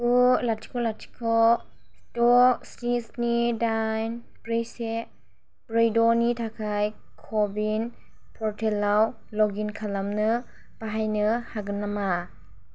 गु लाथिख लाथिख द स्नि स्नि दाइन ब्रै से ब्रै द नि थाखाय कबिन परटेलआव लगइन खालामनो बाहायनो हागोन नामा